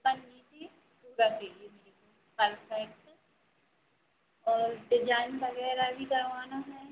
ऊपर नीचे पूरा परफे़क्ट और डिजाइन वग़ैरह भी करवाना है